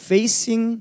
Facing